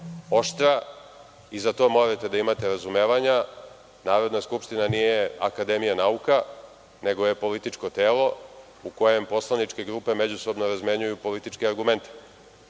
oštra - i za to morate da imate razumevanja. Narodna skupština nije akademija nauka, nego je političko telo u kojem poslaničke grupe međusobno razmenjuju političke argumente. Apelujem